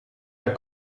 der